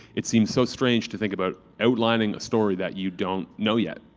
it seems so strange to think about outlining a story that you don't know yet.